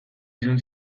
izan